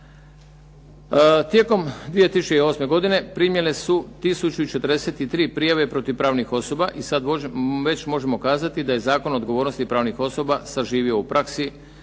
Tijekom 2008. godine primljene su 1043 prijave protiv pravnih osoba, i sada već možemo kazati da je Zakon o odgovornosti pravnih osoba zaživio u praksi